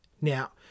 Now